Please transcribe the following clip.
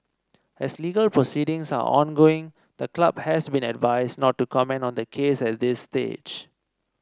as legal proceedings are ongoing the club has been advised not to comment on the case at this stage